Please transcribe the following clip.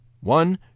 One